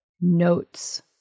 notes